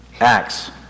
Acts